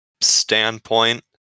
standpoint